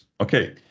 okay